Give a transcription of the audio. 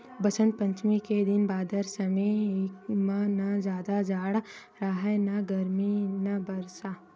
बसंत पंचमी के दिन बादर समे म न जादा जाड़ राहय न गरमी न बरसा